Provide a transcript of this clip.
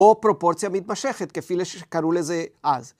‫או פרופורציה מתמשכת, ‫כפי שקראו לזה אז.